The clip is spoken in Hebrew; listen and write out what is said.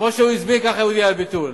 כמו שהוא הזמין כך הוא יודיע על ביטול.